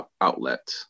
outlet